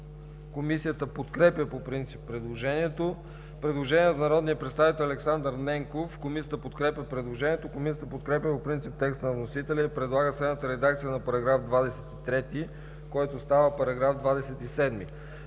Комисията подкрепя по принцип предложението. Има предложение от народния представител Александър Ненков. Комисията подкрепя предложението. Комисията подкрепя по принцип текста на вносителя и предлага следната редакция на § 23, който става § 27: „§ 27.